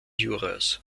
juras